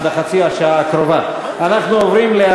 והרווחה, עובדים זרים.